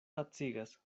lacigas